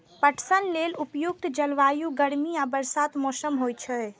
पटसन लेल उपयुक्त जलवायु गर्मी आ बरसातक मौसम होइ छै